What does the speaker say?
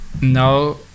No